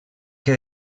que